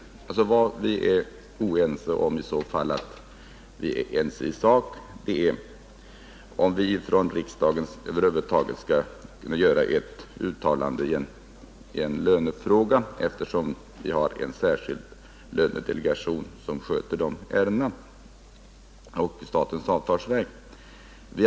Vad vi alltså är oense om — ifall vi är ense i sak — är om riksdagen över huvud taget skall göra ett uttalande i en lönefråga, eftersom vi har en särskild lönedelegation, som sköter de ärendena för riksdagens del, och avtalsverket som företräder staten som arbetsgivare.